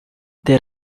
there